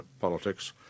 politics